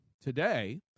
today